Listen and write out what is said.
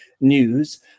news